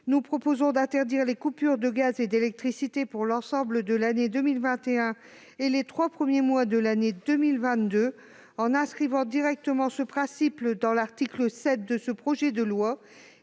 nous proposons d'interdire les coupures de gaz et d'électricité pour l'ensemble de l'année 2021 et les trois premiers mois de l'année 2022, en inscrivant directement ce principe dans l'article 7 de ce projet de loi.